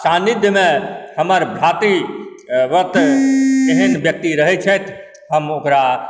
सानिध्यमे हमर खातिर एहन व्यक्ति रहै छथि हम ओकरा